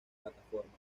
plataformas